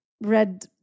red